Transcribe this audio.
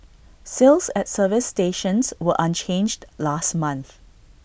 sales at service stations were unchanged last month